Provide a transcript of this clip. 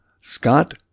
Scott